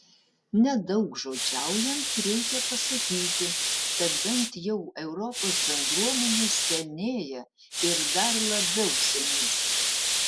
nedaugžodžiaujant reikia pasakyti kad bent jau europos bendruomenė senėja ir dar labiau senės